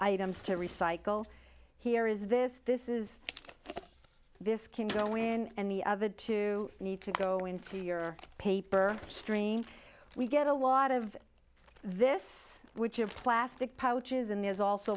items to recycle here is this this is this can go in and the other two need to go into your paper stream we get a lot of this which are plastic pouches and there's also